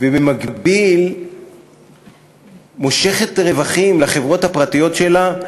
ובמקביל מושכת רווחים לחברות הפרטיות שלה,